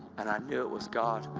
and i knew it was god!